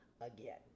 again